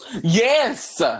Yes